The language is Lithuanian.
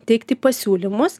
teikti pasiūlymus